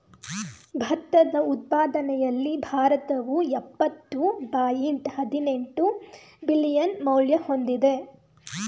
ಭತ್ತದ ಉತ್ಪಾದನೆಯಲ್ಲಿ ಭಾರತವು ಯಪ್ಪತ್ತು ಪಾಯಿಂಟ್ ಹದಿನೆಂಟು ಬಿಲಿಯನ್ ಮೌಲ್ಯ ಹೊಂದಿದೆ